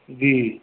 जी